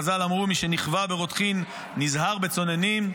חז"ל אמרו: "מי שנכווה ברותחין נזהר בצוננין".